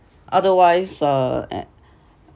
otherwise uh at